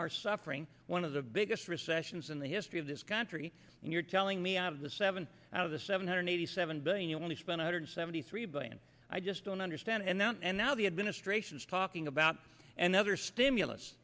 are suffering one of the biggest recessions in the history of this country and you're telling me out of the seven out of the seven hundred eighty seven billion you only spent a hundred seventy three billion i just don't understand that and now the administration's talking about and other stimulus